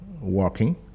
walking